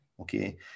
okay